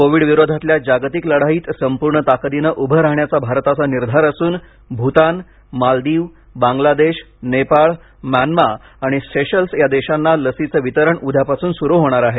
Covid विरोधातल्या जागतिक लढाईत संपूर्ण ताकदीने उभं राहण्याचा भारताचा निराधार असून भूतान मालदीव बांगलादेश नेपाळ म्यान्मा आणि सेशल्स या देशांना लसींच वितरण उद्यापासून सुरू होणार आहे